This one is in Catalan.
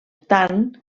tant